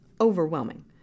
overwhelming